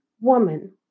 woman